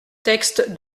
texte